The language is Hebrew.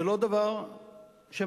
זה לא דבר שמסתירים.